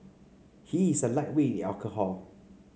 he is a lightweight in alcohol